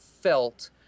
felt